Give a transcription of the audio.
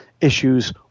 issues